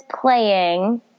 playing